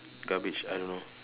garbage I don't know